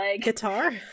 Guitar